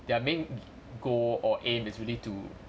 their main goal or aim is really to